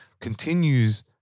continues